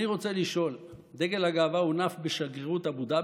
אני רוצה לשאול: דגל הגאווה הונף בשגרירות באבו דאבי,